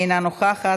אינה נוכחת,